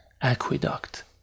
aqueduct